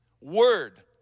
Word